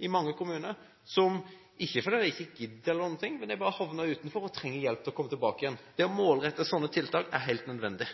i mange kommuner, går på sosialhjelp, ikke fordi de ikke gidder å jobbe, men de havner bare utenfor og trenger hjelp til å komme tilbake. Det å målrette sånne tiltak er helt nødvendig.